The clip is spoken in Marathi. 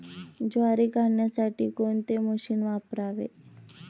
ज्वारी काढण्यासाठी कोणते मशीन वापरावे?